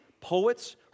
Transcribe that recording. poets